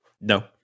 No